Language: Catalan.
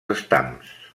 estams